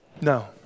No